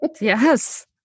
Yes